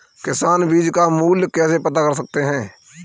किसान बीज का मूल्य कैसे पता कर सकते हैं?